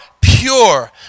pure